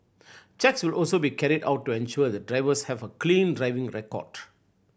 checks will also be carried out to ensure that drivers have a clean driving record